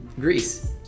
Greece